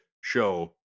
show